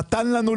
נתן לנו,